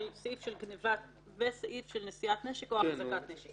סעיף של גניבה וסעיף של נשיאת נשק או החזקת נשק.